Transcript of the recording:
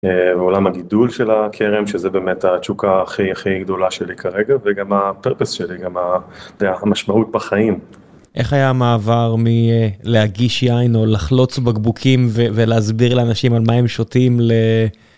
עולם הגידול של הכרם, שזה באמת התשוקה הכי הכי גדולה שלי כרגע. וגם הפרפס שלי גם המשמעות בחיים. איך היה המעבר מלהגיש יין או לחלוץ בקבוקים ולהסביר לאנשים על מהם שותים, ל...